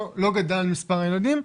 לא גדל מספר הילדים,